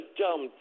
dumb